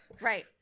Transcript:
Right